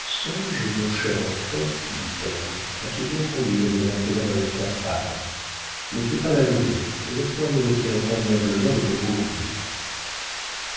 songe mon cher enfant dit-elle à te bien conduire dès à présent avec ta femme ne fais pas l'amoureux et laisse-moi me retirer convenablement de mon bourbier